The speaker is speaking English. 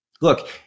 look